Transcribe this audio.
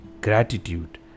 Gratitude